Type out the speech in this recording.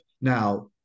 now